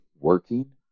working